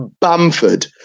Bamford